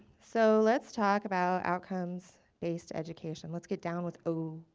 so let's talk about outcomes based education. let's get down with obe.